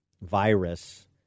virus